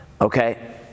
Okay